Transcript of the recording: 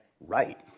right